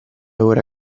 ora